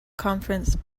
conference